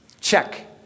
Check